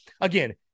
again